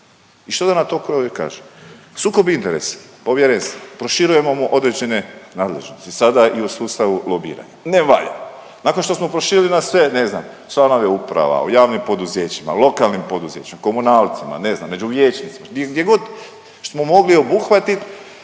I što da na to kažem? Sukob interesa, povjerenstva proširujemo mu određene nadležnosti sada i u sustavu lobiranja. Ne valja. Nakon što smo proširili na sve ne znam članove uprava, o javnim poduzećima, lokalnim poduzećima, komunalcima ne znam među liječnicima, gdje god smo mogli obuhvatiti